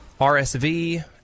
RSV